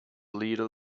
leader